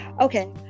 Okay